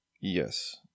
Yes